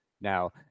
now